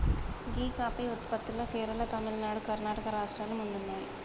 గీ coffee ఉత్పత్తిలో కేరళ, తమిళనాడు, కర్ణాటక రాష్ట్రాలు ముందున్నాయి